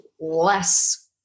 less